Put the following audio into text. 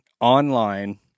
online